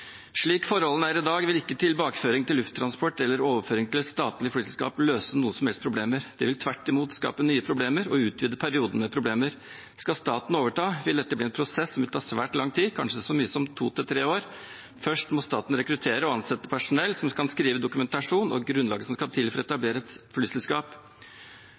Slik forholdene er i dag, vil ikke tilbakeføring til Lufttransport eller overføring til et statlig flyselskap løse noen som helst problemer. Det vil tvert imot skape nye problemer og utvide perioden med problemer. Skal staten overta, vil dette bli en prosess som tar svært lang tid, kanskje så mye som to til tre år. Først må staten rekruttere og ansette personell som kan skrive dokumentasjon og legge grunnlaget som skal til for å etablere et flyselskap.